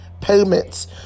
payments